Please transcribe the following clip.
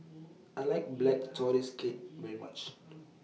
I like Black Tortoise Cake very much